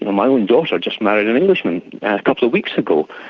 my own daughter just married an englishman a couple of weeks ago.